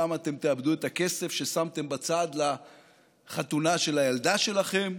למה אתם תאבדו את הכסף ששמתם בצד לחתונה של הילדים שלכם.